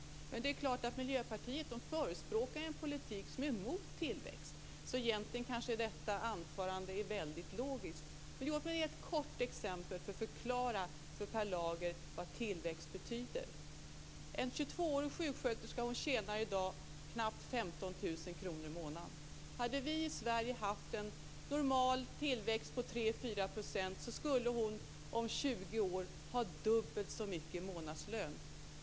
Men det är klart att Miljöpartiet förespråkar en politik som är emot tillväxt, så egentligen är kanske Per Lagers anförande väldigt logiskt. Låt mig bara ge ett kort exempel för att förklara för Per Lager vad tillväxt betyder. En 22-årig sjuksköterska tjänar i dag knappt 15 000 kr i månaden. Hade vi i Sverige haft en normal tillväxt på 3-4 % skulle hon om 20 år ha dubbelt så mycket i månadslön.